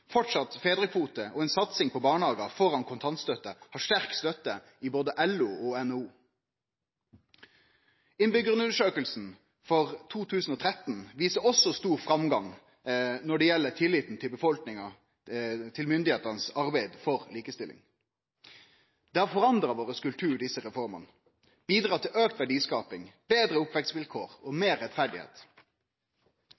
Fortsatt fedrekvote og ei satsing på barnehagar framfor kontantstøtte har sterk støtte i både LO og NHO. Innbyggjarundersøkinga for 2013 viser også stor framgang når det gjeld befolkninga sin tillit til myndigheitene sitt arbeid for likestilling. Desse reformene har forandra kulturen vår og bidratt til auka verdiskaping, betre oppvekstvilkår og